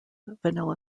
vanilla